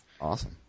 Awesome